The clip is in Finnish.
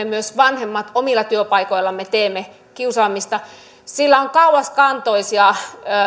myös me vanhemmat omilla työpaikoillamme teemme kiusaamista on kauaskantoisia